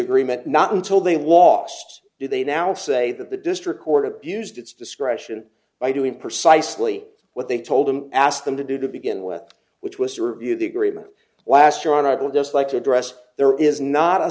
agreement not until they lost do they now say that the district court abused its discretion by doing precisely what they told them asked them to do to begin with which was to review the agreement last year on idol just like to dress there is not a